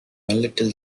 little